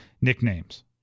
nicknames